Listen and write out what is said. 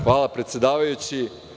Hvala, predsedavajući.